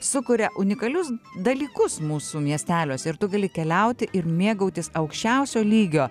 sukuria unikalius dalykus mūsų miesteliuose ir tu gali keliauti ir mėgautis aukščiausio lygio